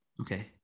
Okay